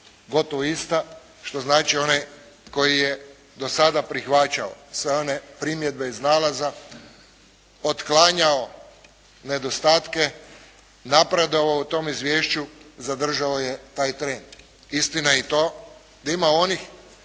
gotovo ista što znači onaj koji je do sada prihvaćao sve one primjedbe iz nalaza, otklanjao nedostatke, napredovao u tom izvješću, zadržao je taj trend. Istina je i to da ima onih